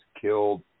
killed